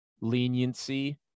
leniency